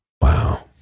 Wow